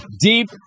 Deep